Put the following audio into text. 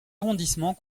arrondissement